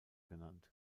genannt